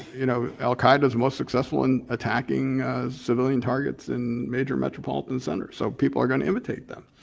you know al-qaeda is most successful in attacking civilian targets in major metropolitan centers, so people are gonna imitate them.